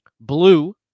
Blue